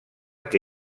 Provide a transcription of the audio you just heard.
que